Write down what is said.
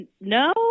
No